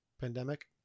Pandemic